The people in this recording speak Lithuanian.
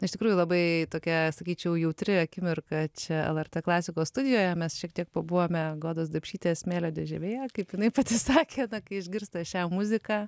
iš tikrųjų labai tokia sakyčiau jautri akimirka čia lrt klasikos studijoje mes šiek tiek pabuvome godos dapšytės smėlio dėžėje kaip jinai pati sakė kai išgirsta šią muziką